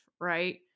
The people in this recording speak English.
right